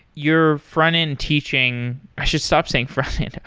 your frontend teaching i should stop saying frontend.